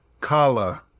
Kala